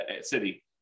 city